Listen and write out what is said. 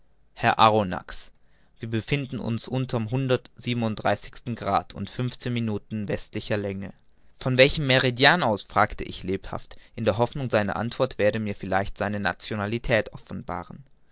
herr arronax wir befinden uns unter'm hundertsiebenunddreißigsten grad und fünfzehn minuten westlicher länge von welchem meridian aus fragte ich lebhaft in hoffnung seine antwort werde mir vielleicht seine nationalität offenbaren